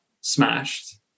smashed